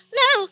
no